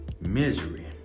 misery